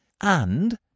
And